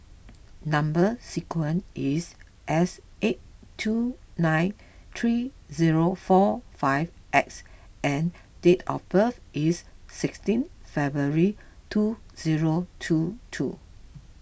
Number Sequence is S eight two nine three zero four five X and date of birth is sixteen February two zero two two